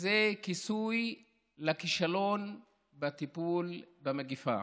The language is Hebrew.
זה כיסוי לכישלון בטיפול במגפה.